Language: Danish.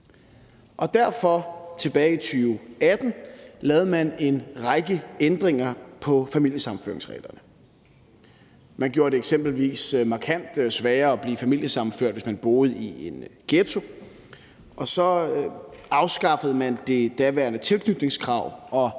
lavede man tilbage i 2018 en række ændringer i familiesammenføringsreglerne. Man gjorde det eksempelvis markant sværere at blive familiesammenført, hvis man boede i en ghetto, og så afskaffede man det daværende tilknytningskrav og